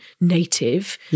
native